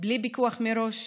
בלי פיקוח מראש,